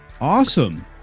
Awesome